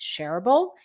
shareable